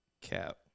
Cap